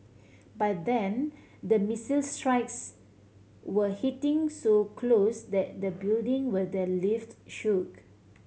by then the missile strikes were hitting so close that the building where they lived shook